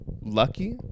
lucky